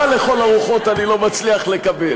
לכן הקלתי על ראש הממשלה ולא השתתפתי בהצבעה.